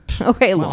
Okay